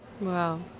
Wow